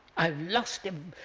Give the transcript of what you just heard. i have lost um